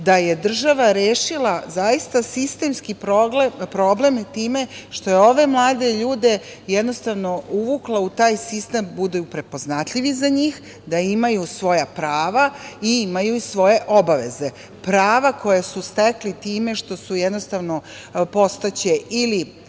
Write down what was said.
da je država rešila zaista sistemski problem time što je ove mlade ljude uvukla u taj sistem da bude prepoznatljiv i za njih, da imaju svoja prava i imaju svoje obaveze. Prava, koja su stekli time što će postati ili